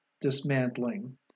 dismantling